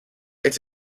its